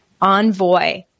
envoy